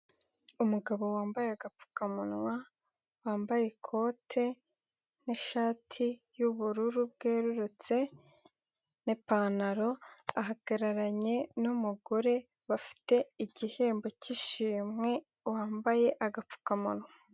Umugabo wambaye agapfukamunwa, wambaye ikote n'ishati y'ubururu bwerurutse, n'ipantaro, ahagararanye n'umugore, bafite igihembo k'ishimwe, wambaye agapfukamunwa.